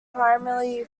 primarily